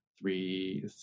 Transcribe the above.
three